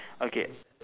okay